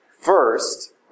first